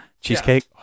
cheesecake